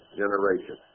generation